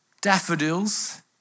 daffodils